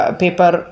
paper